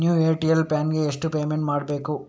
New Airtel plan ಗೆ ಎಷ್ಟು payment ಮಾಡ್ಬೇಕು?